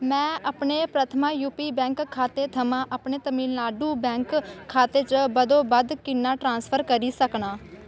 में अपने Prathama UP bank खाते थमां अपने तमिलनाडु बैंक खाते च बद्धोबद्ध किन्ना ट्रांसफर करी सकनां